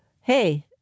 hey